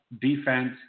defense